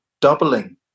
doubling